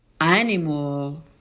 animal